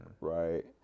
right